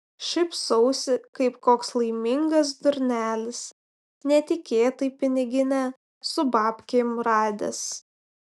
šypsausi kaip koks laimingas durnelis netikėtai piniginę su babkėm radęs